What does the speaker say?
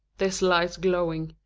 this lies glowing,